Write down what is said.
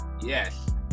Yes